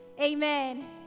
Amen